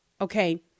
okay